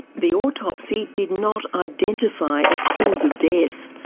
the autopsy did not identify a cause of death.